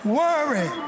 worry